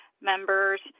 members